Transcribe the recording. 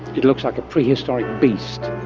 it looks like a prehistoric beast.